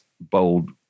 bold